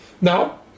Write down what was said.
now